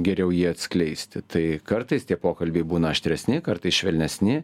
geriau jį atskleisti tai kartais tie pokalbiai būna aštresni kartais švelnesni